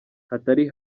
hatari